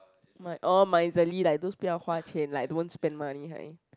my oh miserly like those 不要花钱 like don't spend money kind